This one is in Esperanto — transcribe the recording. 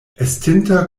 estinta